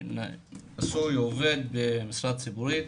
אני נשוי, עובד במשרד ציבורי,